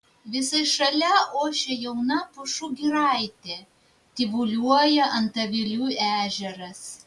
visai šalia ošia jauna pušų giraitė tyvuliuoja antavilių ežeras